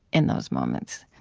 in those moments